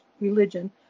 religion